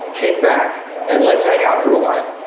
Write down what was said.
kick back and let's hang out for a while.